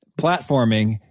Platforming